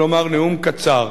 כלומר נאום קצר.